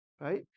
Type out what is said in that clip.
right